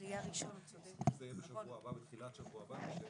זה יהיה 1 בספטמבר בכל מקרה.